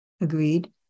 Agreed